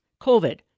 COVID